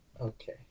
Okay